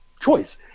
choice